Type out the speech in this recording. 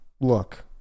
look